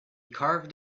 carved